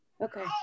Okay